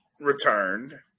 returned